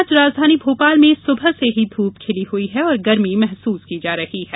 आज भी राजधानी भोपाल में सुबह से ही ध्रप खिली हुई है और गर्मी महसूस की जा रही है